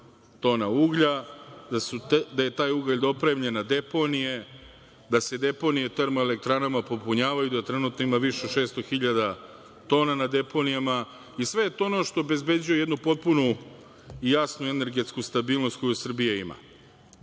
tona uglja, da je taj ugalj dopremljen na deponije, da se deponija termoelektranama popunjavaju da trenutno ima više od 600 hiljada tona na deponijama. I sve je to ono što obezbeđuje jednu potpunu i jasnu energetsku stabilnost koju Srbija